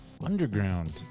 underground